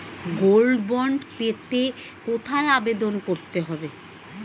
Gold bond পেতে কোথায় আবেদন করতে হবে?